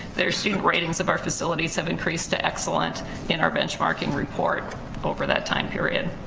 their student ratings of our facilities have increased to excellent in our benchmarking report over that time period.